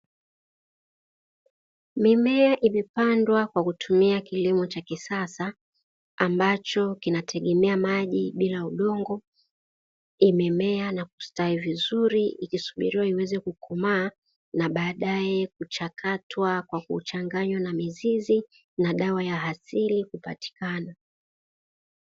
Mimea imepandwa kwa kutumia kilimo cha kisasa ambacho kinategemea maji bila udongo imemea na kustawi vizuri ikisubiriwa iweze kukomaa na badae kuchakatwa kwa kuchanganywa na mizizi na dawa ya asili kupatikana.